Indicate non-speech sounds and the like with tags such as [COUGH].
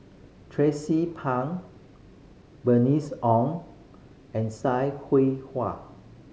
Tracie Pang Bernice Ong and Sai [UNINTELLIGIBLE]